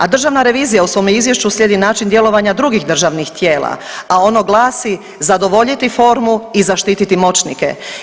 A Državna revizija u svome izvješću slijedi način djelovanja drugih državnih tijela, a ono glasi zadovoljiti formu i zaštititi moćnike.